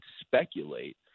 speculate